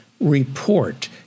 report